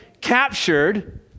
captured